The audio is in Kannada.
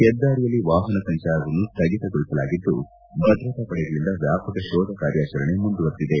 ಹೆದ್ದಾರಿಯಲ್ಲಿ ವಾಹನ ಸಂಚಾರವನ್ನು ಸ್ಥಗಿತಗೊಳಿಸಲಾಗಿದ್ದು ಭದ್ರತಾ ಪಡೆಗಳಿಂದ ವ್ಯಾಪಕ ಶೋಧ ಕಾರ್ಯಾಚರಣೆ ಮುಂದುವರೆದಿದೆ